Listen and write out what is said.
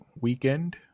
weekend